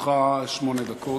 לרשותך שמונה דקות.